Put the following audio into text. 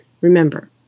Remember